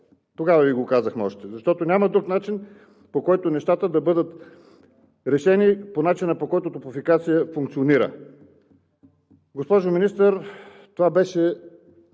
тогава Ви го казахме още, защото няма друг начин, по който нещата да бъдат решени по начина, по който „Топлофикация“ функционира.“ Госпожо Министър, това беше,